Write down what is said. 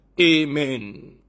Amen